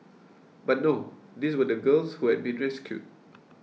but no these were the girls who had been rescued